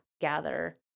gather